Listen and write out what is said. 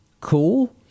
cool